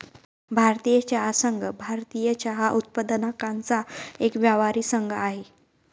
भारतीय चहा संघ, भारतीय चहा उत्पादकांचा एक व्यापारी संघ आहे